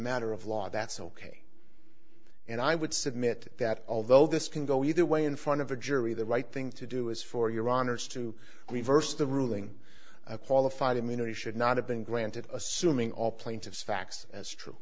matter of law that's ok and i would submit that although this can go either way in front of a jury the right thing to do is for your honour's to reverse the ruling a qualified immunity should not have been granted assuming all plaintiffs facts as true